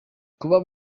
kubaza